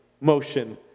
motion